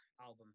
album